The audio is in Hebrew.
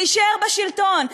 להישאר בשלטון.